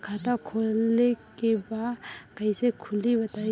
खाता खोले के बा कईसे खुली बताई?